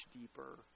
deeper